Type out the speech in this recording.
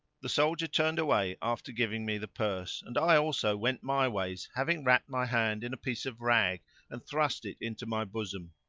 the soldier turned away after giving me the purse and i also went my ways having wrapped my hand in a piece of rag and thrust it into my bosom.